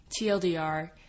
TLDR